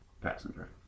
Passenger